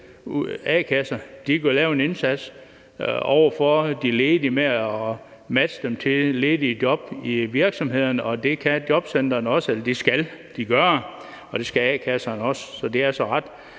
a-kasser bør lave en indsats over for de ledige ved at matche dem til ledige job i virksomhederne. Det kan jobcentrene også